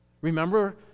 Remember